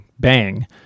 bang